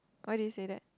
why did you say that